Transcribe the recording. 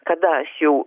kada aš jau